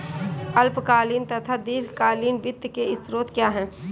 अल्पकालीन तथा दीर्घकालीन वित्त के स्रोत क्या हैं?